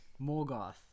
Morgoth